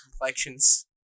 complexions